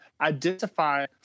identify